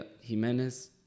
Jimenez